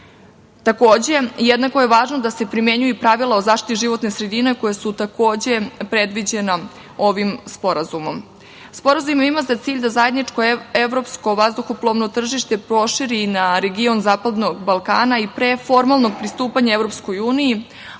zemlje. Takođe, jednako je važno da se primenjuju pravila o zaštiti životne sredine koja su takođe predviđena ovim sporazumom. Sporazum ima za cilj da zajedničko evropsko vazduhoplovno tržište proširi na region zapadnog Balkana i pre formalnog pristupanja EU, a od samog